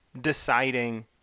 deciding